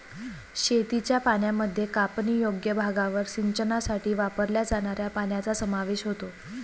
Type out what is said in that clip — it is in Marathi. शेतीच्या पाण्यामध्ये कापणीयोग्य भागावर सिंचनासाठी वापरल्या जाणाऱ्या पाण्याचा समावेश होतो